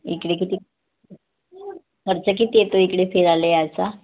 इकडे किती खर्च किती येतो इकडे फिरायला यायचा